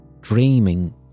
dreaming